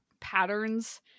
patterns